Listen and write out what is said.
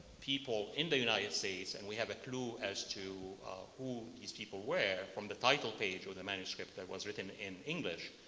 people in the united states, and we have a clue as to who these people were from the title page of the manuscript that was written in english.